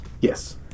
Yes